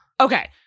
okay